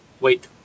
Wait